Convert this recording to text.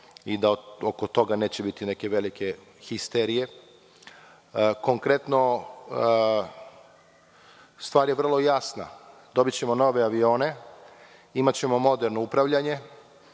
i da oko toga neće biti neke velike histerije. Konkretno, stvar je vrlo jasna. Dobićemo nove avione, imaćemo moderno upravljanje,